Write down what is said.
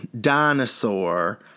dinosaur